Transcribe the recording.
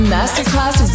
Masterclass